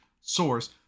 source